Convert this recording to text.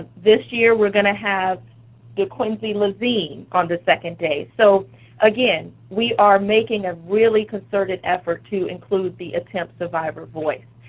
ah this year we're going to have dequincy lezine on the second day. so again, we are making a really concerted effort to include the attempt survivor voice.